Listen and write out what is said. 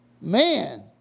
Man